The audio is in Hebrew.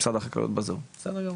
שלום לכולם,